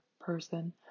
person